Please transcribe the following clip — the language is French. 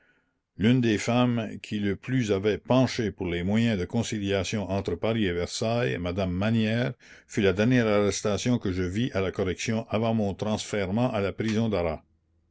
l'une des femmes qui le plus avaient penché pour les moyens de conciliation entre paris et versailles madame manière fut la dernière arrestation que je vis à la correction avant mon transfèrement à la prison d'arras